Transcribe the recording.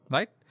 Right